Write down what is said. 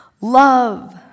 love